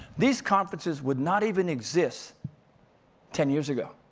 these conferences would not even exist ten years ago.